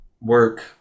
work